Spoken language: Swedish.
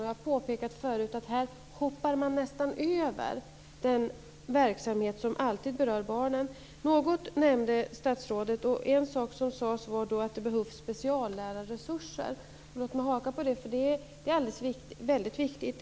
Jag har förut påpekat att här hoppar man nästan över den verksamhet som alltid berör barnen. Något nämnde statsrådet, och en sak som sades var att det behövs speciallärarresurser. Låt mig haka på det. Det är viktigt.